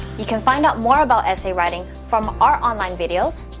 you can find out more about essay writing from our online videos,